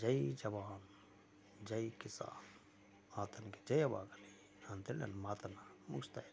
ಅದಕ್ಕೆ ಜೈ ಜವಾನ್ ಜೈ ಕಿಸಾನ್ ಆತನಿಗೆ ಜಯವಾಗಲಿ ಅಂತೇಳಿ ನನ್ನ ಮಾತನ್ನು ಮುಗಿಸ್ತಾ ಇದ್ದೇನೆ